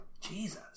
Jesus